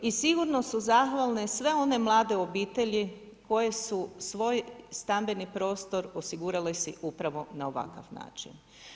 I sigurno su zahvalne sve one mlade obitelji koje su svoj stambeni prostor osigurale si upravo na ovakav način.